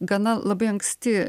gana labai anksti